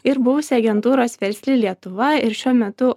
ir buvusi agentūros versli lietuva ir šiuo metu